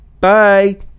Bye